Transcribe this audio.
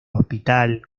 hospital